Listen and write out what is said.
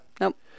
Nope